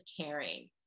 caring